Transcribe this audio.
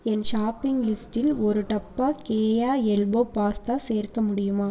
என் shopping லிஸ்டில் ஒரு டப்பா கேயா எல்போ பாஸ்தா சேர்க்க முடியுமா